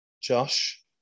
Josh